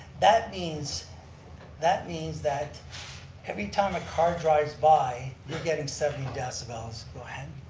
that means that means that every time a car drives by, they're getting seventy decibels. go ahead.